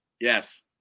Yes